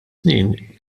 snin